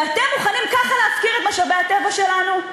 ואתם מוכנים ככה להפקיר את משאבי הטבע שלנו?